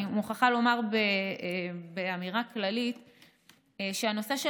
אני מוכרחה לומר באמירה כללית שהנושא של